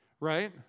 Right